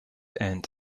and